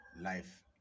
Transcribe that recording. life